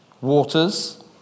waters